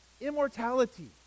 Immortality